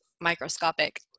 microscopic